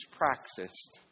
practiced